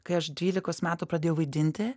kai aš dvylikos metų pradėjau vaidinti